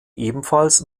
ebenfalls